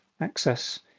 Access